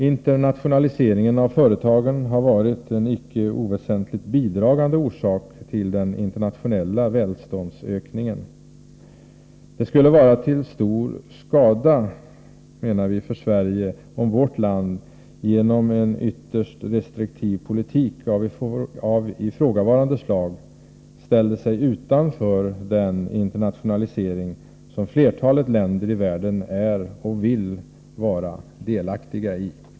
Internationaliseringen av företagen har varit en icke oväsentligt bidragande orsak till den internationella välståndsökningen. Det skulle vara till stor skada för Sverige, menar vi, om vårt land genom en ytterst restriktiv politik av ifrågavarande slag ställer sig utanför den internationalisering som flertalet länder i världen är och vill vara delaktiga i.